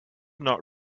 not